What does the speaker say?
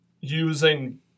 using